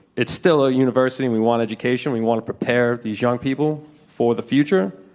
it's still a university and we want education. we want to prepare these young people for the future.